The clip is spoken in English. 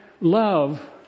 love